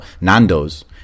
Nando's